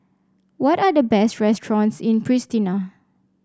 what are the best restaurants in Pristina